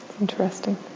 interesting